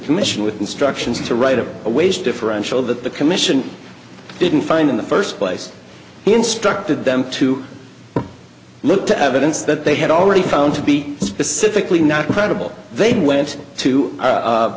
commission with instructions to write a wage differential that the commission didn't find in the first place he instructed them to look to evidence that they had already found to be specifically not credible they went to